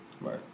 right